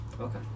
Okay